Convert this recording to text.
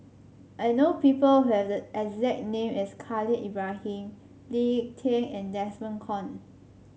I know people who have the exact name as Khalil Ibrahim Lee Tieng and Desmond Kon